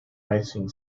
racing